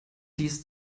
dies